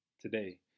today